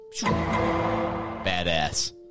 Badass